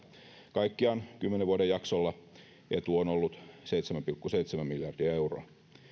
kaikkiaan kymmenen vuoden jaksolla etu on ollut seitsemän pilkku seitsemän miljardia euroa